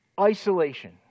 isolation